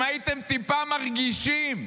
אם הייתם טיפה מרגישים,